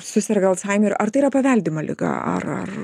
suserga alzhaimeriu ar tai yra paveldima liga ar ar